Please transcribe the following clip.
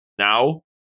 Now